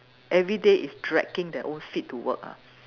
everyday is dragging their own feet to work ah